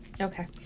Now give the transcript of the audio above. Okay